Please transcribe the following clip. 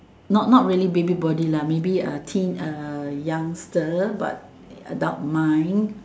not not really baby body lah maybe a teen a youngster but adult mind